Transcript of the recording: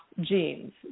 genes